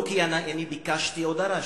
לא כי אני ביקשתי או דרשתי.